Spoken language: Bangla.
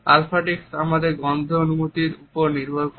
আলফ্যাক্টিক্স আমাদের গন্ধ অনুভূতির উপর নির্ভর করে